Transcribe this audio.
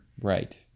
Right